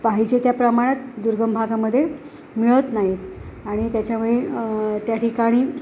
पाहिजे त्या प्रमाणात दुर्गम भागामध्ये मिळत नाहीत आणि त्याच्यामुळे त्या ठिकाणी